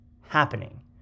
happening